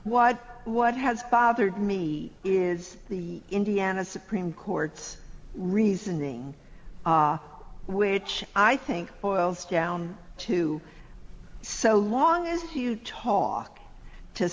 what what has bothered me is the indiana supreme court's reasoning which i think boils down to so long as you talk to